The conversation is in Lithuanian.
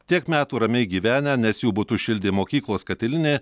tiek metų ramiai gyvenę nes jų butus šildė mokyklos katilinė